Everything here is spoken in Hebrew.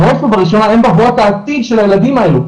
בראש ובראשונה הם בבואת העתיד של הילדים האלה,